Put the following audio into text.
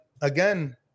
again